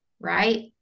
Right